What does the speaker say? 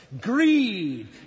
Greed